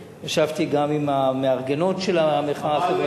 וישבתי גם עם המארגנות של המחאה החברתית.